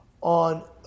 on